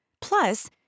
Plus